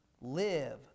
Live